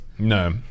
No